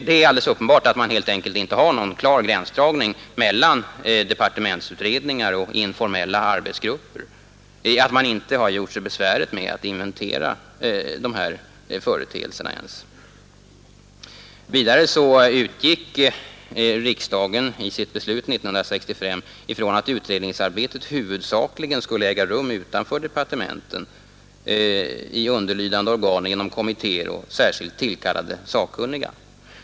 Det är alldeles uppenbart att man helt enkelt inte har någon klar gränsdragning mellan departementsutredningar och informella arbetsgrupper och att man inte har gjort sig besväret med att ens inventera dessa företeelser. Vidare utgick riksdagen i sitt beslut 1965 från att utredningsarbetet huvudsakligen skulle äga rum utanför departementen — i underlydande organ, genom kommittéer och särskilt tillkallade sakkunniga.